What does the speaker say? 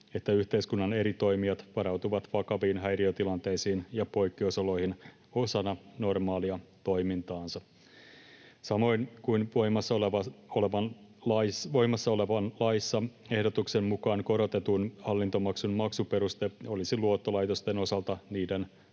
että yhteiskunnan eri toimijat varautuvat vakaviin häiriötilanteisiin ja poikkeusoloihin osana normaalia toimintaansa. Samoin kuin voimassa olevassa laissa, ehdotuksen mukaan korotetun hallintomaksun maksuperuste olisi luottolaitosten osalta niiden